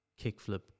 kickflip